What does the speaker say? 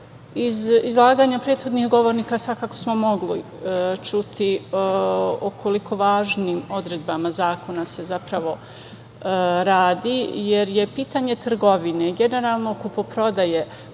Iz izlaganja prethodnih govornika svakako smo mogli čuti o koliko važnim odredbama zakona se zapravo radi, jer je pitanje trgovine. Generalno kupoprodaje,